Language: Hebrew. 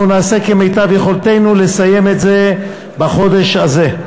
אנחנו נעשה כמיטב יכולתנו לסיים את זה בחודש הזה.